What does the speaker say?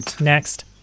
Next